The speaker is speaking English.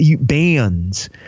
bands